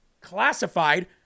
classified